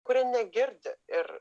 kurie negirdi ir